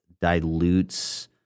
dilutes